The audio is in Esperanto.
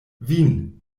vin